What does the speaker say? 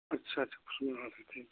अच्छा अच्छा